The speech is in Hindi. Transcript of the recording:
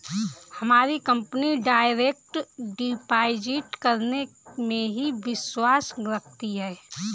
हमारी कंपनी डायरेक्ट डिपॉजिट करने में ही विश्वास रखती है